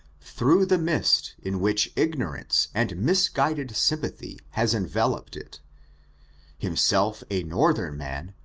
through the mist in which ignorance and misguided sympathy has enveloped it himself a northern man,